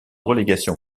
relégation